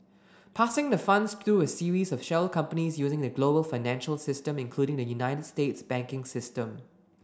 passing the funds through a series of shell companies using the global financial system including the United States banking system